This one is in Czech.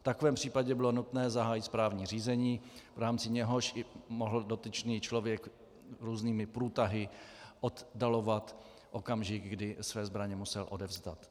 V takovém případě bylo nutné zahájit správní řízení, v rámci něhož mohl dotyčný člověk různými průtahy oddalovat okamžik, kdy své zbraně musel odevzdat.